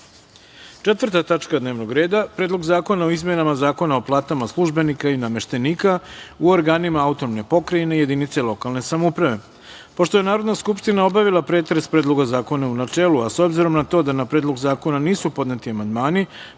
tačka dnevnog reda – Predlog zakona o izmenama i dopunama Zakona o platama službenika i nameštenika u organima autonomne pokrajine i jedinice lokalne samouprave. Pošto je Narodna skupština obavila pretres Predloga zakona u načelu, a s obzirom na to da na Predlog zakona nisu podneti amandmani